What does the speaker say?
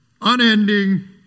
unending